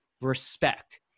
respect